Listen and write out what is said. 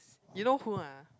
you know who ah